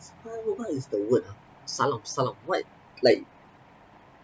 what what is the word ha salam salam what like